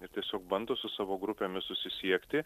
ir tiesiog bando su savo grupėmis susisiekti